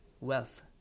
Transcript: wealth